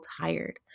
tired